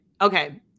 Okay